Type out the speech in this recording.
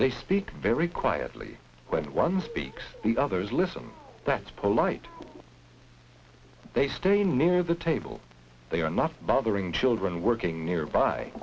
they speak very quietly when one speaks the others listen that's polite they stay near the table they are not bothering children working nearby